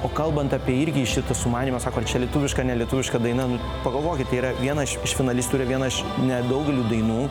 o kalbant apie irgi šitą sumanymą sako čia lietuviška nelietuviška daina nu pagalvokit tai yra vienas iš finalistų ir viena iš nedaugelio dainų